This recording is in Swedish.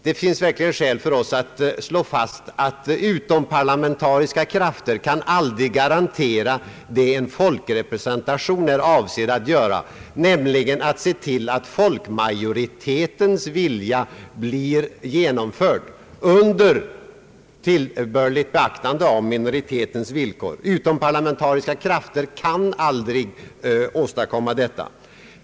Det finns verkligen skäl för oss att slå fast att utomparlamentariska krafter aldrig kan garantera det som en folkrepresentation är avsedd att göra, nämligen att se till att folkmajoritetens vilja blir genomförd under tillbörligt beaktande av minoritetens villkor. Utomparlamentariska krafter kan aldrig åstadkomma detta.